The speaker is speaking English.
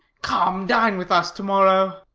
come! dine with us to-morrow.